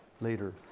later